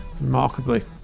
remarkably